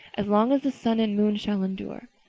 as long as the sun and moon shall endure.